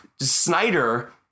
Snyder